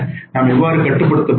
நாம் எவ்வாறு கட்டுப்படுத்த முடியும்